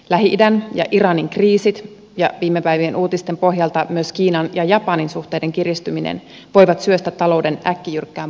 lähi idän ja iranin kriisit ja viime päivien uutisten pohjalta myös kiinan ja japanin suhteiden kiristyminen voivat syöstä talouden äkkijyrkkään pudotukseen